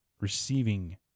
receiving